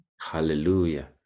hallelujah